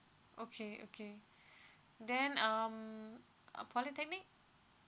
okay okay then um uh polytechnic